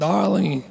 Darling